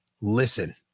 listen